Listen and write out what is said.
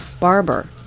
Barber